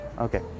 Okay